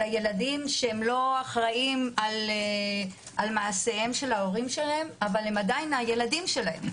שהם לא אחראיים על מעשיהם של ההורים שלהם אבל הם עדיין הילדים שלהם.